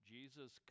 Jesus